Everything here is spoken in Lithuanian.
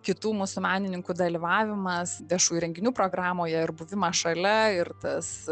kitų mūsų menininkų dalyvavimas viešųjų renginių programoje ir buvimas šalia ir tas